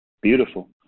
Beautiful